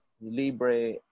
Libre